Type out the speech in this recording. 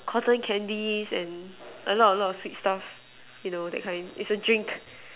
cotton candies and a lot a lot of sweet stuff you know that kind is a drink